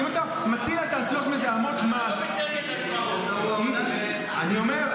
אם אתה מטיל על תעשיות מזהמות מס --- אתה לא --- אני אומר,